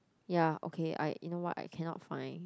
ya okay I you know what I cannot find